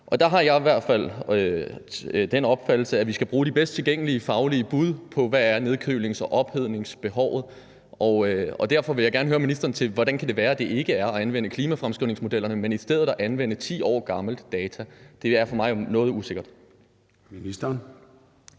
Og der har jeg i hvert fald den opfattelse, at vi skal bruge de bedst tilgængelige faglige bud på, hvad nedkølings- og ophedningsbehovet er. Derfor vil jeg gerne høre ministeren om, hvordan det kan være, at det ikke er at anvende klimafremskrivningsmodellerne, men i stedet at anvende 10 år gamle data. Det forekommer mig noget usikkert.